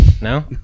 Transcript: No